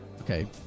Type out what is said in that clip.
Okay